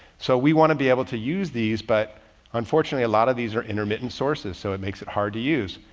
so we want to be able to use these. but unfortunately a lot of these are intermittent sources so it makes it hard to use.